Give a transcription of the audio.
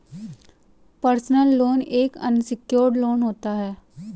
personal loan एक unsecured loan होता है